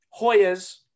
Hoyas